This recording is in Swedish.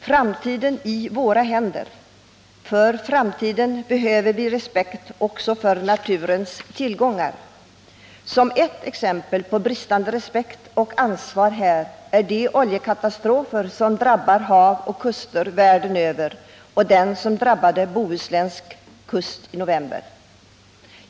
Framtiden i våra händer. För framtiden behöver vi även respekt för naturens tillgångar. Ett exempel på bristande respekt och ansvar är de oljekatastrofer som drabbar hav och kuster världen över, bl.a. den som drabbade Bohusläns kust i november.